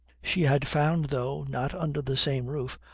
she had found, though not under the same roof,